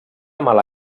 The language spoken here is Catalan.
mala